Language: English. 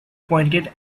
pointed